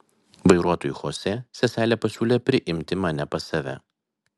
vairuotojui chosė seselė pasiūlė priimti mane pas save